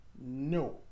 no